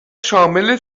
شامل